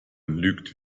lügt